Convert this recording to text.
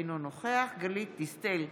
אינו נוכח גלית דיסטל אטבריאן,